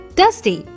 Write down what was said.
dusty